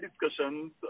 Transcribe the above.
discussions